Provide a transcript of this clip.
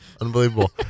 Unbelievable